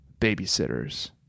Babysitters